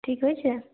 ঠিক হয়েছে